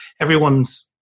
everyone's